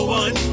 one